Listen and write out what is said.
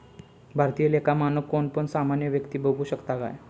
भारतीय लेखा मानक कोण पण सामान्य व्यक्ती बघु शकता काय?